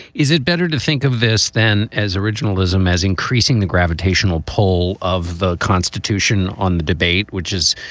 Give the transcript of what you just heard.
is it better to think of this than as originalism, as increasing the gravitational pull of the constitution on the debate, which is,